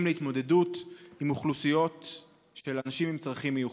להתמודדות עם אוכלוסיות של אנשים עם צרכים מיוחדים?